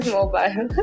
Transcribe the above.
mobile